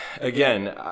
Again